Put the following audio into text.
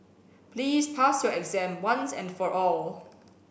please pass your exam once and for all